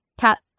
cat